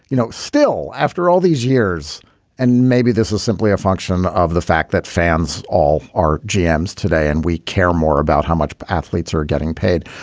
you know, still after all these years and maybe this is simply a function of the fact that fans all are gems today and we care more about how much athletes are getting paid.